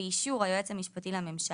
באישור היועץ המשפטי לממשלה,